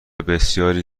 بسیاری